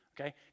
okay